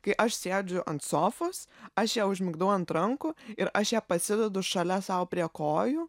kai aš sėdžiu ant sofos aš ją užmigdau ant rankų ir aš ją pasidedu šalia sau prie kojų